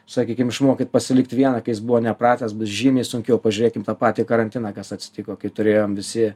sakykim išmokyt pasilikti vieną kai jis buvo nepratęs bus žymiai sunkiau pažiūrėkim tą patį karantiną kas atsitiko kai turėjome visi